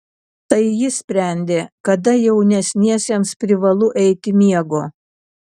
tai jis sprendė kada jaunesniesiems privalu eiti miego